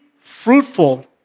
fruitful